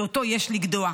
שאותו יש לגדוע.